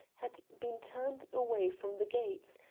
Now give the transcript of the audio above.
had been turned away from the gates,